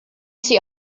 sie